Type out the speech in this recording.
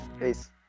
Peace